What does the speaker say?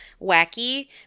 wacky